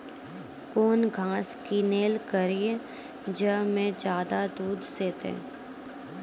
कौन घास किनैल करिए ज मे ज्यादा दूध सेते?